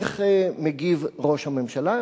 ואיך מגיב ראש הממשלה?